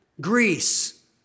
Greece